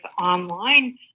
online